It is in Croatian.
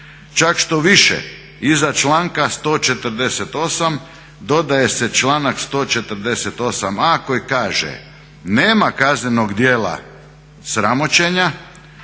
Čak štoviše iza članka 148. dodaje se članak 148a. koji kaže: "Nema kaznenog djela sramoćenja